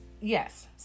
Yes